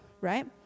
right